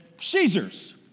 Caesar's